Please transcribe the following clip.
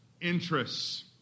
interests